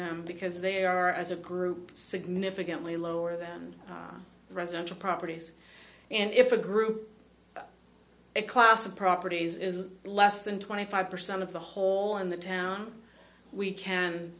them because they are as a group significantly lower than residential properties and if a group a class of properties is less than twenty five percent of the whole in the town we can